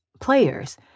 players